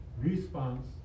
response